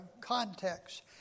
context